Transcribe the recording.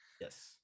Yes